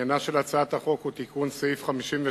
עניינה של הצעת החוק הוא תיקון סעיף 56